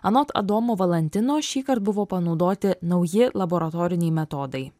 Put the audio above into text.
anot adomo valantino šįkart buvo panaudoti nauji laboratoriniai metodai